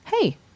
Hey